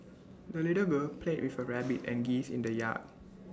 the little girl played with her rabbit and geese in the yard